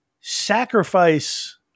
sacrifice